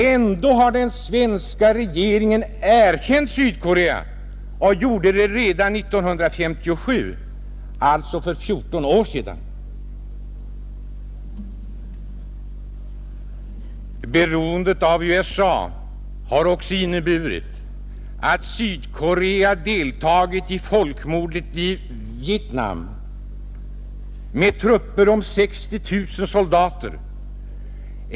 Ändå har den svenska regeringen erkänt Sydkorea och gjorde det redan år 1957, alltså för 14 år sedan, Beroendet av USA har också inneburit att Sydkorea deltagit i folkmordet i Vietnam med trupper om 60 000 soldater.